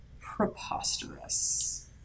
preposterous